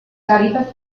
caritas